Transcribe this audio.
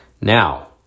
Now